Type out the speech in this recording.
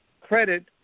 credit